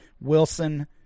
Wilson